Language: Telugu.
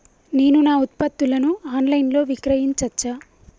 నేను నా ఉత్పత్తులను ఆన్ లైన్ లో విక్రయించచ్చా?